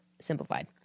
simplified